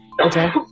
Okay